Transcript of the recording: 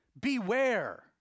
beware